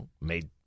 made